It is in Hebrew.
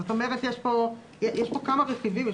זאת אומרת, יש כאן כמה רכיבים.